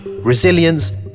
resilience